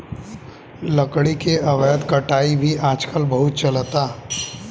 लकड़ी के अवैध कटाई भी आजकल बहुत चलता